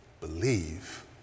believe